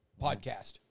podcast